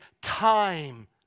time